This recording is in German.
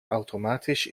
automatisch